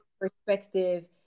perspective